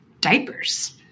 diapers